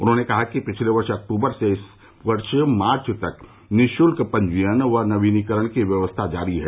उन्होंने कहा कि पिछले वर्ष अक्टूबर से इस वर्ष मार्च तक निःशुल्क पंजीयन व नवीनीकरण की व्यवस्था जारी है